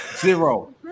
Zero